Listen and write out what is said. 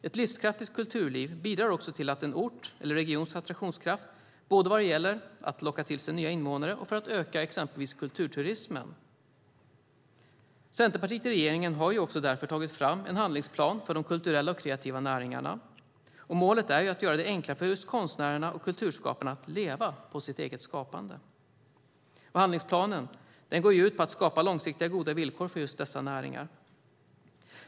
Ett livskraftigt kulturliv bidrar också till en orts eller regions attraktionskraft både vad gäller att locka till sig nya invånare och för att exempelvis öka kulturturismen. Centerpartiet i regeringen har därför tagit fram en handlingsplan för de kulturella och kreativa näringarna. Målet är att göra det enklare för konstnärerna och kulturskaparna att leva på sitt eget skapande. Handlingsplanen går ut på att skapa långsiktigt goda villkor för dessa näringar.